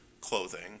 clothing